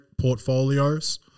portfolios